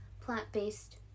plant-based